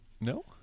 No